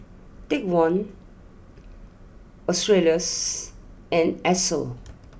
take one Australis and Esso